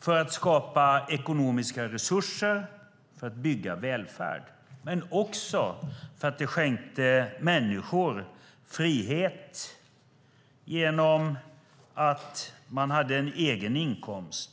skulle skapa ekonomiska resurser för att bygga välfärd men också skänka människor frihet genom att de hade en egen inkomst.